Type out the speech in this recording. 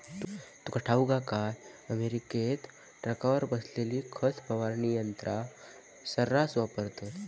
तुका ठाऊक हा काय, उत्तर अमेरिकेत ट्रकावर बसवलेली खत फवारणी यंत्रा सऱ्हास वापरतत